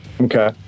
okay